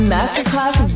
Masterclass